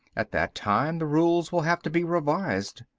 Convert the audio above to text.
at that time the rules will have to be revised.